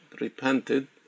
repented